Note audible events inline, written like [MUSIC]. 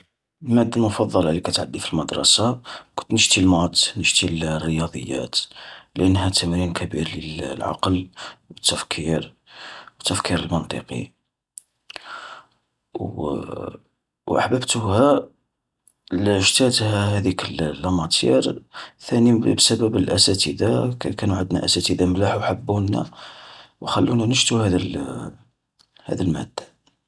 المادة المفضلة اللي كات عدي في المدرسة، كنت نشتي المات نشتي الرياضيات، لأنها تمرين كبير لل [HESITATION] عقل، والتفكير، والتفكير المنطقي. و [HESITATION] و أحببتها [HESITATION] شتاتها هذيك ال [HESITATION] لا ماتيير ثاني بسبب الأساتذة ك-كانوا عندنا أساتذة ملاح و حبونا و خلونا نشتوا هذي [HESITATION] هذي المادة.